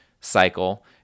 cycle